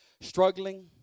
struggling